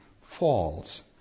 falls